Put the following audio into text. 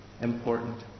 important